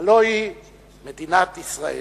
הלוא היא מדינת ישראל.